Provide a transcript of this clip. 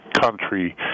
country